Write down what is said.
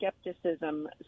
skepticism